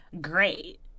great